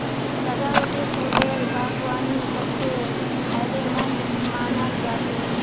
सजावटी फूलेर बागवानी सब स फायदेमंद मानाल जा छेक